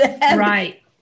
Right